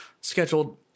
scheduled